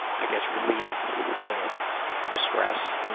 i guess relieve the the stress.